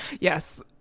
Yes